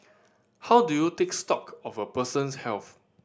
how do you take stock of a person's health